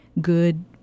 good